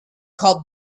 called